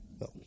No